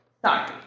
Sorry